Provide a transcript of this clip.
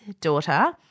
daughter